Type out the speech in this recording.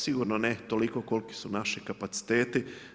Sigurno ne toliko koliki su naši kapaciteti.